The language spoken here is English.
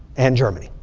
and germany.